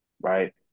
right